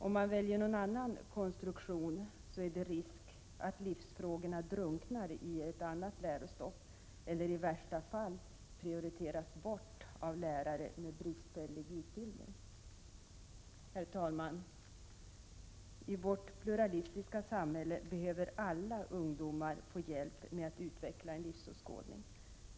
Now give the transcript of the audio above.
Om man väljer någon annan konstruktion är det risk att livsfrågorna drunknar i ett annat lärostoff, eller i värsta fall prioriteras bort av lärare med bristfällig utbildning. Herr talman! I vårt pluralistiska samhälle behöver alla ungdomar få hjälp med att utveckla en livsåskådning.